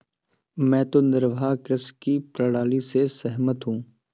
मैं तो निर्वाह कृषि की प्रणाली से सहमत हूँ